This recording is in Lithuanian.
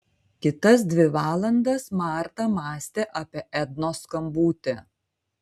kitas dvi valandas marta mąstė apie ednos skambutį